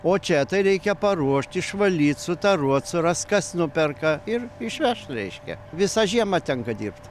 o čia tai reikia paruošt išvalyt sutaruot surast kas nuperka ir išvežt reiškia visą žiemą tenka dirbt